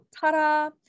Ta-da